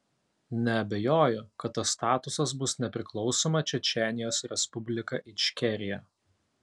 neabejoju kad tas statusas bus nepriklausoma čečėnijos respublika ičkerija